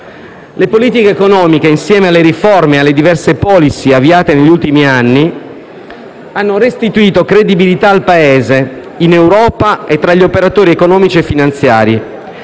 Le politiche economiche, insieme alle riforme e alle diverse *policy* avviate negli ultimi anni, hanno restituito credibilità al Paese, in Europa e tra gli operatori economici e finanziari.